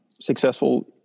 successful